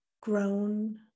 grown